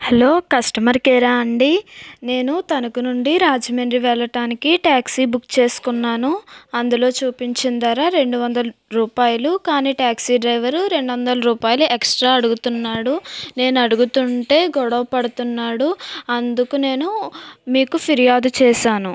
hello customer care అండి నేను తణుకు నుండి రాజమండ్రి వెళ్ళటానికి టాక్సీ బుక్ చేసుకున్నాను అందులో చూపించిన ధర రెండు వందల రూపాయలు కానీ టాక్సీ డ్రైవర్ రెండు వందల రూపాయలు ఎక్సట్రా అడుగుతున్నాడు నేను అడుగుతుంటే గొడవ పడుతున్నాడు అందుకు నేను మీకు పిర్యాదు చేసాను